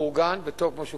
מאורגן וטוב,